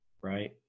right